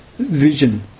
vision